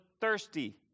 thirsty